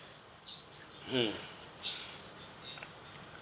hmm